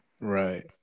Right